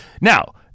Now-